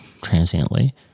transiently